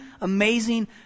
amazing